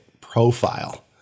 profile